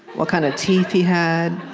what kind of teeth he had,